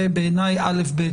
בעיניי זה א'-ב'